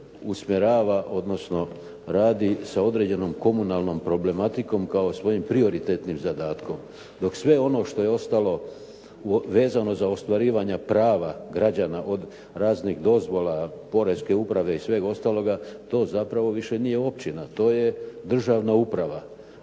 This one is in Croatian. usmjerava, odnosno radi sa određenom komunalnom problematikom kao svojim prioritetnim zadatkom. Dok sve ono što je ostalo vezano za ostvarivanja prava građana od raznih dozvola Poreske uprave i sveg ostaloga to zapravo više nije općina. To je državna uprava,